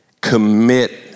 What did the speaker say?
Commit